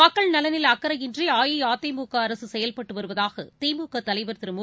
மக்கள் நலனில் அக்கறையின்றிஅஇஅதிமுகஅரசுசெயல்பட்டுவருவதாகதிமுகதலைவர் திரு மு